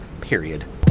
period